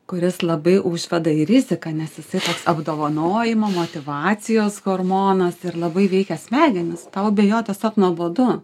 kuris labai užveda į riziką nes jisai apdovanojimo motyvacijos hormonas ir labai veikia smegenis tau abejot tiesiog nuobodu